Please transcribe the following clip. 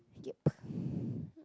yup